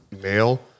male